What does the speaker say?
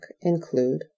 include